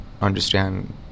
understand